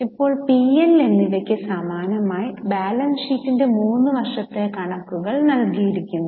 ഇപ്പോൾ P L എന്നിവയ്ക്ക് സമാനമായി ബാലൻസ് ഷീറ്റിന്റെ 3 വർഷത്തെ കണക്കുകൾ നൽകിയിരിക്കുന്നു